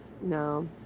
No